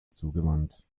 zugewandt